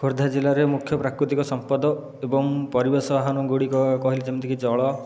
ଖୋର୍ଦ୍ଧା ଜିଲ୍ଲାରେ ମୁଖ୍ୟ ପ୍ରାକୃତିକ ସମ୍ପଦ ଏବଂ ପରିବେଶ ଆହ୍ଵାନ ଗୁଡ଼ିକ କହିଲେ ଯେମିତି କି ଜଳ